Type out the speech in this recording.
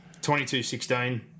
22-16